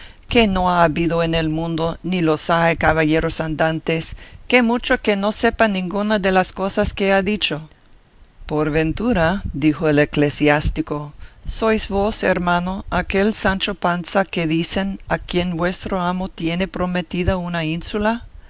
que no ha habido en el mundo ni los hay caballeros andantes qué mucho que no sepa ninguna de las cosas que ha dicho por ventura dijo el eclesiástico sois vos hermano aquel sancho panza que dicen a quien vuestro amo tiene prometida una ínsula